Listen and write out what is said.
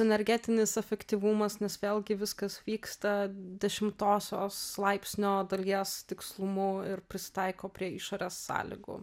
energetinis efektyvumas nes vėlgi viskas vyksta dešimtosios laipsnio dalies tikslumu ir prisitaiko prie išorės sąlygų